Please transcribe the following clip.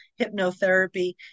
hypnotherapy